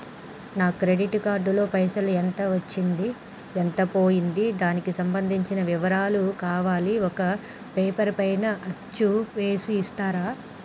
నా credit card లో పైసలు ఎంత వచ్చింది ఎంత పోయింది దానికి సంబంధించిన వివరాలు కావాలి ఒక పేపర్ పైన అచ్చు చేసి ఇస్తరా?